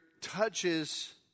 touches